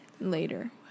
Later